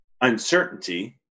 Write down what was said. uncertainty